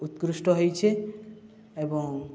ଉକୃଷ୍ଟ ହେଇଛି ଏବଂ